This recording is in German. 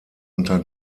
unter